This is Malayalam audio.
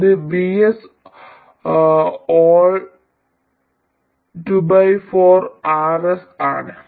അത് 24 RS ആണ്